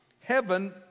Heaven